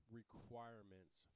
requirements